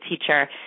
teacher